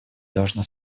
должно